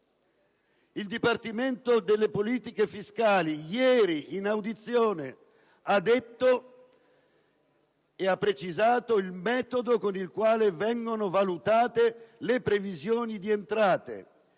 del Dipartimento delle politiche fiscali ieri nel corso di un'audizione ha detto ed ha precisato il metodo con il quale vengono valutate le previsioni di entrate